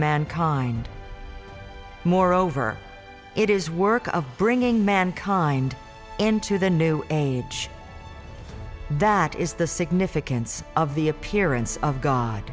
mankind moreover it is work of bringing mankind into the new age that is the significance of the appearance of god